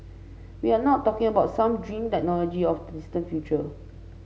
we are not talking about some dream technology of the distant future